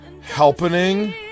helping